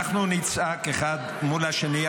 אנחנו נצעק אחד מול השני,